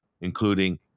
including